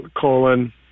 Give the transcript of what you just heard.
colon